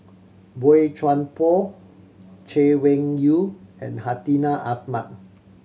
Boey Chuan Poh Chay Weng Yew and Hartinah Ahmad